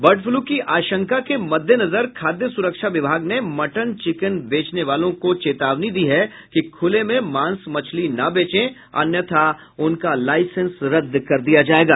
bird flu की आशंका के मद्देनजर खाद्य सुरक्षा विभाग ने मटन चिकेन बेचने वालों को चेतावनी दी है कि खुले में मांस मछली न बेचे अन्यथा उनका लाईसेंस रद्द किया जायेगा